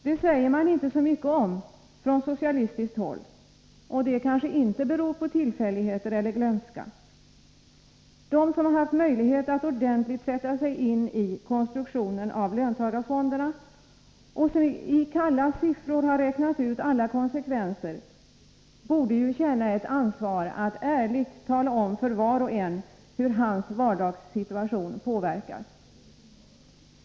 Det säger man inte så mycket om från socialistiskt håll, och det kanske inte beror på tillfälligheter eller glömska. De som haft möjlighet att ordentligt sätta sig in i konstruktionen av löntagarfonderna och som i kalla siffror räknat ut alla konsekvenser borde ju känna ett ansvar att ärligt tala om för var och en hur hans vardagssituation påverkas.